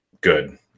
good